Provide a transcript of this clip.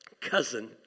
cousin